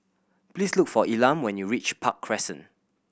please look for Elam when you reach Park Crescent